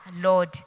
Lord